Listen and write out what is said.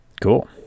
Cool